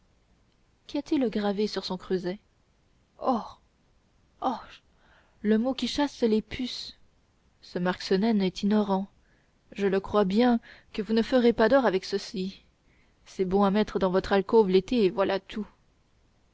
qu'a-t-il gravé sur son creuset och och le mot qui chasse les puces ce marc cenaine est ignorant je le crois bien que vous ne ferez pas d'or avec ceci c'est bon à mettre dans votre alcôve l'été et voilà tout